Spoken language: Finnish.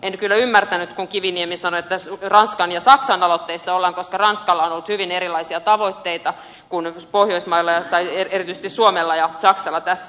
en kyllä ymmärtänyt kun kiviniemi sanoi että ranskan ja saksan aloitteissa ollaan koska ranskalla on ollut hyvin erilaisia tavoitteita kuin pohjoismailla tai erityisesti suomella ja saksalla tässä